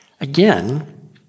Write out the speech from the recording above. again